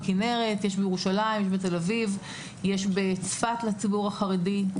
בכנרת, בירושלים, בתל אביב ובצפת, לציבור החרדי.